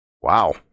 Wow